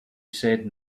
said